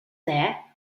there